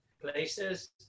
places